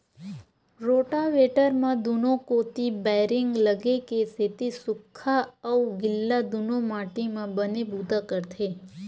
rotavator म दूनो कोती बैरिंग लगे के सेती सूख्खा अउ गिल्ला दूनो माटी म बने बूता करथे